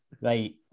Right